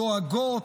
דואגות,